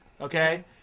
Okay